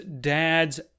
Dad's